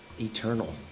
eternal